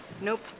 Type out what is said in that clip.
Nope